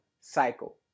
cycle